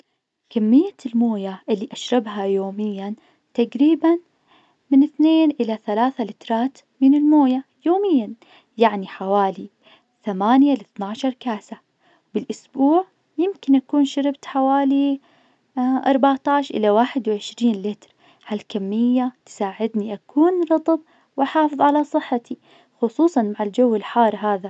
كمية المويه اللي أشربها يوميا تقريبا من اثنين إلى ثلاثة لترات من المويه يوميا يعني حوالي ثمانية لاثنا عشر كاسة، بالأسبوع يمكن أكون شربت حوالي أربعة عشر إلى واحد وعشرين لتر، ها الكمية تساعدني أكون رطب وأحافظ على صحتي، خصوصا مع الجو الحار هذا.